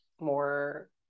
more